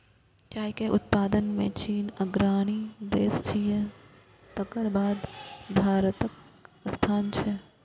चाय के उत्पादन मे चीन अग्रणी देश छियै, तकर बाद भारतक स्थान छै